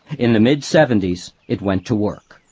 in the mid-seventies, it went to work.